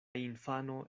infano